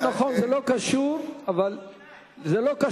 זה לא קשור בכלל.